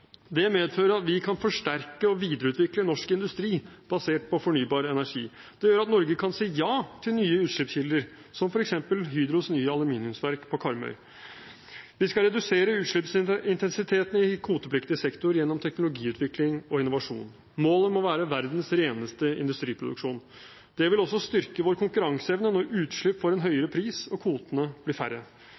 Det medfører at vi kan forsterke og videreutvikle norsk industri basert på fornybar energi. Det gjør at Norge kan si ja til nye utslippskilder, som f.eks. Hydros nye aluminiumsverk på Karmøy. Vi skal redusere utslippsintensiteten i kvotepliktig sektor gjennom teknologiutvikling og innovasjon. Målet må være verdens reneste industriproduksjon. Det vil også styrke vår konkurranseevne når utslipp får en høyere pris og kvotene blir færre.